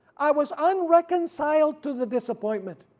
i was unreconciled to the disappointment,